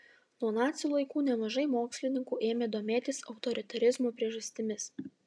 nuo nacių laikų nemažai mokslininkų ėmė domėtis autoritarizmo priežastimis